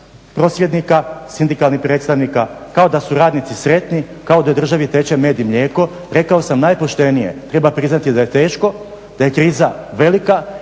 prosvjednika, sindikalnih predstavnika, kao da su radnici sretni, kao da je državni tečaj med i mlijeko. Rekao sam najpoštenije treba priznat da je teško, da je kriza velika,